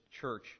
church